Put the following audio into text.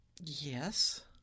Yes